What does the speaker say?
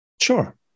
Sure